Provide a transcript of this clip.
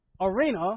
arena